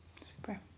Super